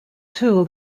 tool